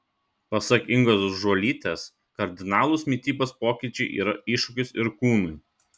pasak ingos žuolytės kardinalūs mitybos pokyčiai yra iššūkis ir kūnui